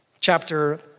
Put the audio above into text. chapter